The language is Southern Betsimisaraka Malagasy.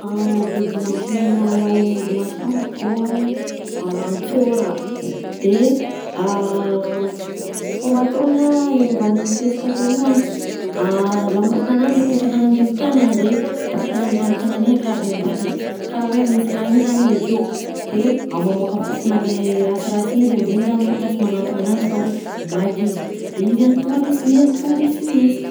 Biby mampinono mahay mody maty fantako zao a: a- antsôra, de fomba ataony a iarovan'ny fihesika ataony io a: lamosina ananjy apetraka ananjy amy tany a de tongotra ananjy mban'ny tagnany i akariny ambony karaha hoe misilany io zany izy akeo de a- mamoaka fofona le rasirasy igny izy am'zaigny zany n'olona sy magnantona ananjy fa hoe maty izy, de izy a tonga dia sy mie- tonga de sy mihesika.